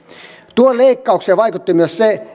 tuohon leikkaukseen vaikutti myös se